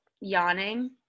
yawning